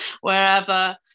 wherever